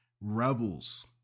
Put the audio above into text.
rebels